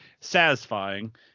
satisfying